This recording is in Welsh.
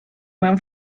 mewn